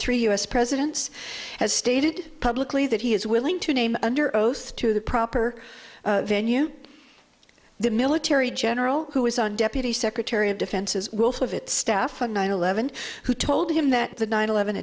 three u s presidents has stated publicly that he is willing to name under oath to the proper venue the military general who was on deputy secretary of defense's of its staff and nine eleven who told him that the nine eleven